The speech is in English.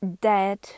dead